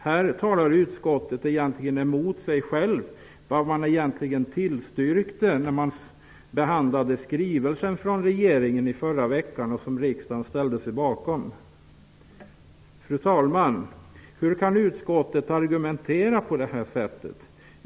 Utskottet talar egentligen mot sig självt och mot vad man tillstyrkte när man behandlade skrivelsen från regeringen i förra veckan, som riksdagen ställde sig bakom. Fru talman! Hur kan utskottet argumentera på detta sätt?